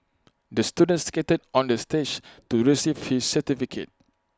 the student skated on the stage to receive his certificate